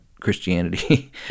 Christianity